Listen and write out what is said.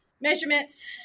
measurements